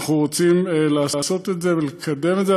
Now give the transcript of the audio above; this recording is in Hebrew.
אנחנו רוצים לעשות את זה ולקדם את זה.